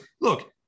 look